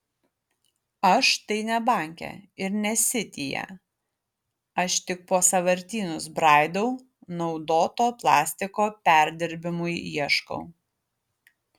aš tai ne banke ir ne sityje aš tik po sąvartynus braidau naudoto plastiko perdirbimui ieškau